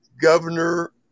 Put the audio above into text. governor